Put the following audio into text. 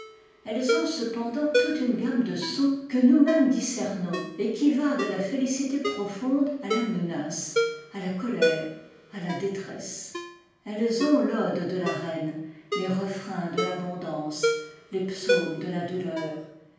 elles ont cependant toute une gamme de sons que nousmêmes discernons et qui va de la félicité profonde à la menace à la colère à la détresse elles ont l'ode de la reine les refrains de l'abondance les psaumes de la douleur